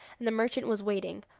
and the merchant was waiting,